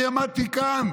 אני עמדתי כאן